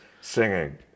singing